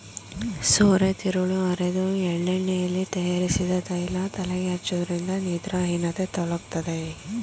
ಸೋರೆತಿರುಳು ಅರೆದು ಎಳ್ಳೆಣ್ಣೆಯಲ್ಲಿ ತಯಾರಿಸಿದ ತೈಲ ತಲೆಗೆ ಹಚ್ಚೋದ್ರಿಂದ ನಿದ್ರಾಹೀನತೆ ತೊಲಗ್ತದೆ